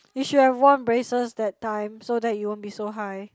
you should have worn braces that time so that you won't be so high